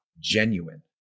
genuine